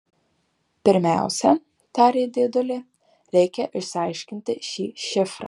pirmiausia tarė dėdulė reikia išsiaiškinti šį šifrą